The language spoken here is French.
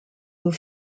aux